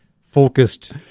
focused